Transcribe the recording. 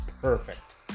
perfect